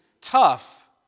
tough